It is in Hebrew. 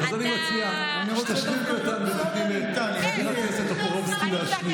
אז אני מציע שתשלימי אותם ותיתני לחבר הכנסת טופורובסקי להשלים.